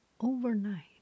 overnight